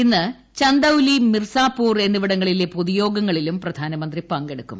ഇന്ന് ചന്ദൌലി മിർസാപൂർ എന്നിവിടങ്ങളിലെ പൊതുയോഗങ്ങളിലും പ്രധാനമന്ത്രി പങ്കെടുക്കും